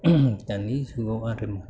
दानि जुगाव आरो